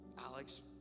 Alex